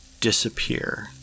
disappear